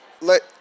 Let